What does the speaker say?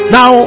Now